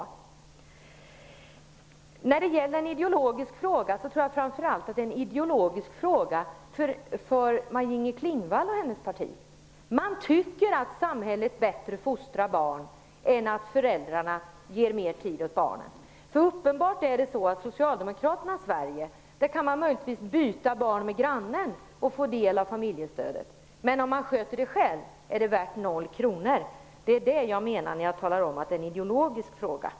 Vårdnadsbidraget är en ideologisk fråga framför allt för Maj-Inger Klingvall och hennes parti. Man tycker att det är bättre att samhället fostrar barn än att föräldrarna ger mer tid åt sina barn. Det är uppenbart att man i Socialdemokraternas Sverige kan byta barn med grannen och få del av familjestödet. Men om man sköter sina egna barn är det värt 0 kr. Det är det som jag avser när jag talar om att detta är en ideologisk fråga.